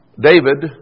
David